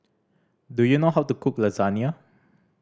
do you know how to cook Lasagne